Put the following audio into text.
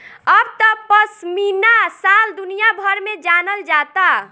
अब त पश्मीना शाल दुनिया भर में जानल जाता